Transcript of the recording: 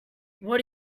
what